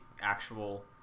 actual